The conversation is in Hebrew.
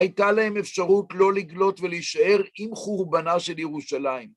הייתה להם אפשרות לא לגלות ולהישאר עם חורבנה של ירושלים.